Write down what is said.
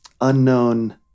unknown